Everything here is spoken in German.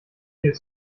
viel